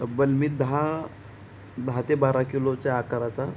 तब्बल मी दहा दहा ते बारा किलोच्या आकाराचा